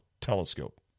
telescope